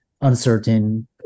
uncertain